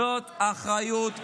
זאת האחריות שלכם.